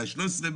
אולי 13 מטר,